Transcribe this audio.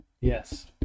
yes